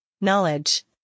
knowledge